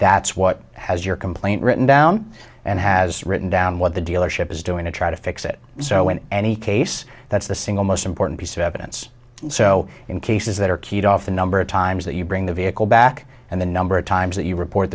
that's what has your complaint written down and has written down what the dealership is doing to try to fix it so when any case that's the single most important piece of evidence so in cases that are keyed off the number of times that you bring the vehicle back and the number of times that you report